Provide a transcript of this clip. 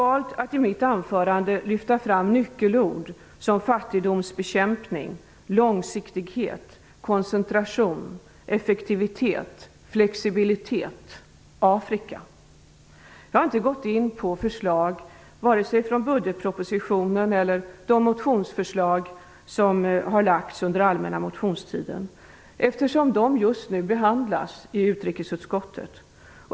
Jag har i mitt anförande valt att i lyfta fram nyckelord som fattigdomsbekämpning, långsiktighet, koncentration, effektivitet, flexibilitet och Afrika. Jag har inte gått in på förslag vare sig från budgetpropositionen eller de motioner som har lagts fram under den allmänna motionstiden eftersom de just nu behandlas i utrikesutskottet.